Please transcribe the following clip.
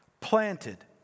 Planted